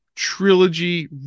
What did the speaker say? trilogy